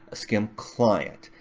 a scim client.